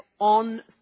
on